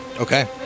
Okay